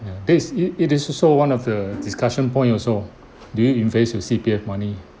this is it is also one of the discussion point also do you invest your C_P_F money